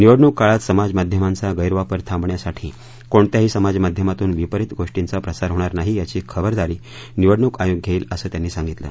निवडणूक काळात समाज माध्यमांचा गैर वापर थांबवण्यासाठी कोणत्याही समाजमाध्यमातून विपरीत गोष्टींचा प्रसार होणार नाही यांची खबरदारी निवडणूक आयोग घेईल असं त्यांनी सागितलं